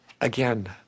again